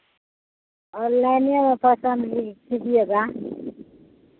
ऑनलाइनिए में पसंद ही कीजिएगा